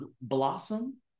blossom